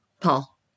Paul